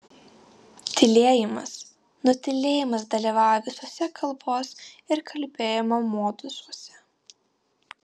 tylėjimas nutylėjimas dalyvauja visuose kalbos ir kalbėjimo modusuose